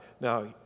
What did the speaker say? Now